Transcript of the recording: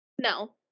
No